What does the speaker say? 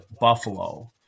Buffalo